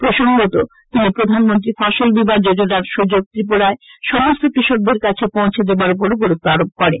প্রসঙ্গত তিনি প্রধানমন্ত্রী ফসলবীমা যোজনার সুযোগ ত্রিপুরায় সমস্ত কৃষকদের কাছে পৌঁছে দেবার উপরও গুরুত্ব আরোপ করেন